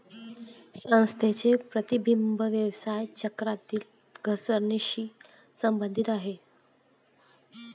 संस्थांचे प्रतिबिंब व्यवसाय चक्रातील घसरणीशी संबंधित आहे